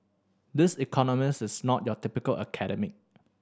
this economist is not a typical academic